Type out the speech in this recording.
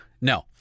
No